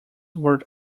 were